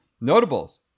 Notables